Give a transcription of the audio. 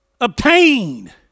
obtain